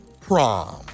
prom